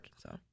so-